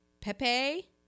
Pepe